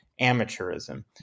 amateurism